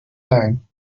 line